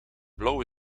blauwe